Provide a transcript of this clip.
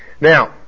Now